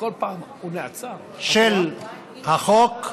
של החוק,